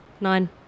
Nine